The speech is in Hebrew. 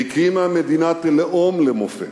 והקימה מדינת לאום למופת,